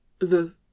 The